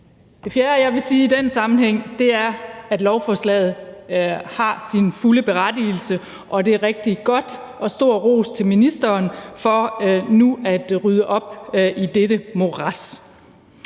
Det fjerde, jeg vil sige i den sammenhæng, er, at lovforslaget har sin fulde berettigelse, og at det er rigtig godt – og stor ros til ministeren for nu at rydde op i dette morads.